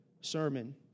sermon